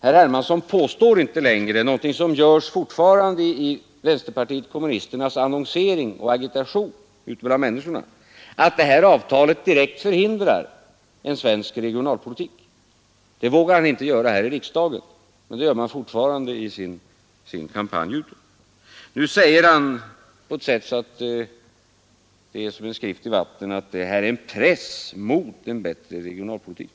Herr Hermansson påstår inte längre — vilket fortfarande är fallet i vänster annonsering och agitation ute bland människor regionalpolitik. Det vågar han inte göra här i riksdagen, men det gör vänsterpartiet kommunisterna fortfarande i sin kampanj bland folket. Herr Hermansson säger — på ett sådant sätt att det är som en skrift i vatten att detta avtal är en press mot en bättre regionalpolitik.